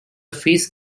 face